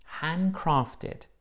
handcrafted